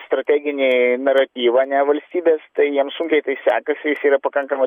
strateginį naratyvą ne valstybės tai jiem sudėtį sekasi jis yra pakankamai